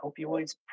opioids